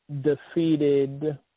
defeated